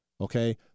okay